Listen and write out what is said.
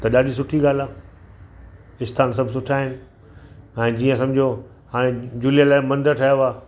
त ॾाढी सुठी ॻाल्हि आहे आस्थानु सभु सुठा आहिनि हाणे जीअं समुझो हाणे झूलेलाल मंदिर ठहियो आहे